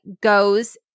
goes